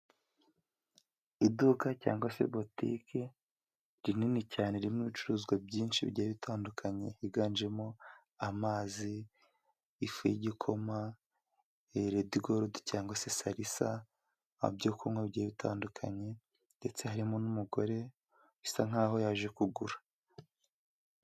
Iduka cyangwa se botike rinini cyane ririmo ibicuruzwa byinshi bigiye bitandukanye higanjemo amazi, ifu y'igikoma, redigoludi cyangwa se salisa, ibyo kunywa bigiye bitandukanye , ndetse harimo n'umugore bisa nk'aho yaje kugura.